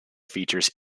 features